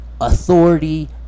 authority